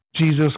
Jesus